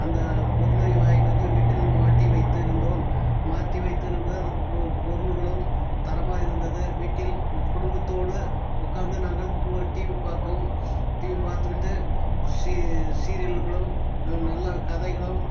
அந்த பொருளையும் வாங்கிட்டு வந்து வீட்டில் மாட்டி வைத்து இருந்தோம் மாட்டி வைத்து இருந்து பொ பொருட்களும் தரமாக இருந்தது வீட்டில் குடும்பத்தோடு உட்காந்து நாங்கள் கு டிவி பார்க்கவும் டிவி பார்த்துவிட்டு சீ சீரியல்களும் நல்லா கதைகளும்